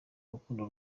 rukundo